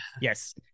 yes